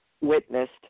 witnessed